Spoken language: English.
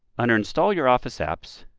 under install your office apps,